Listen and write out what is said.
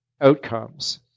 outcomes